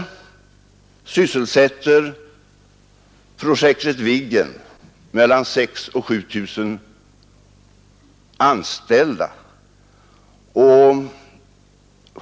Viggensysselsätter projektet Viggen mellan 6 000 och 7 000 anställda.